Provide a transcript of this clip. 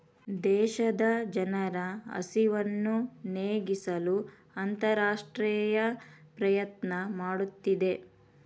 ದೇಶದ ಜನರ ಹಸಿವನ್ನು ನೇಗಿಸಲು ಅಂತರರಾಷ್ಟ್ರೇಯ ಪ್ರಯತ್ನ ಮಾಡುತ್ತಿದೆ